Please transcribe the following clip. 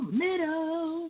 middle